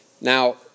Now